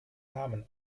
namen